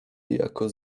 jako